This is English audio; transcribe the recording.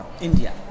India